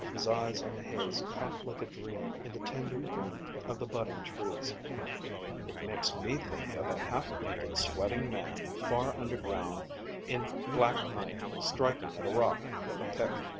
his eyes on the haze caught like a dream in the tender green of the budding trees it makes me think of a half-naked, sweating man, far underground in black night, striking at a rock with a pick.